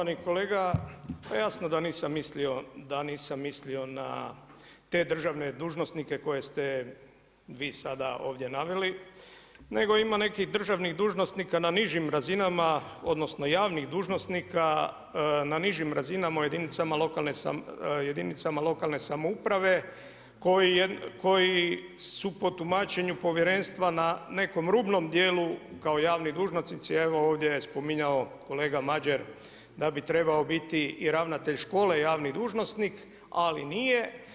Štovani kolega pa jasno da nisam mislio, da nisam mislio na te državne dužnosnike koje ste vi sada ovdje naveli nego ima nekih državnih dužnosnika na nižim razinama, odnosno javnih dužnosnika na nižim razinama u jedinicama lokalne samouprave koji su po tumačenju povjerenstva na nekom rubnom dijelu kao javni dužnosnici a evo ovdje je spominjao kolega Madjer da bi trebao biti i ravnatelj škole javni dužnosnik ali nije.